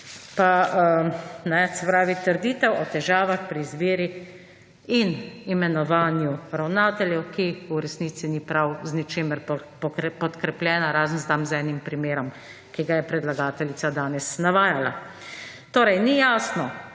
se pravi trditev o težavah pri izbiri in imenovanju ravnateljev, ki v resnici ni prav z ničemer podkrepljena razen tam z enim primerom, ki ga je predlagateljica danes navajala. Torej ni jasno,